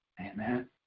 Amen